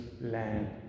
land